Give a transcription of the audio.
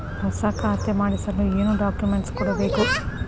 ಹೊಸ ಖಾತೆ ಮಾಡಿಸಲು ಏನು ಡಾಕುಮೆಂಟ್ಸ್ ಕೊಡಬೇಕು?